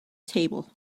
table